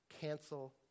cancel